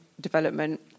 development